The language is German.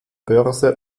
börse